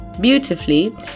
beautifully